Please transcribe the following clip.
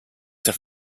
have